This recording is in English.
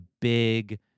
big